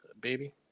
baby